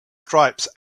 stripes